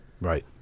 right